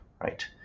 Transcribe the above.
right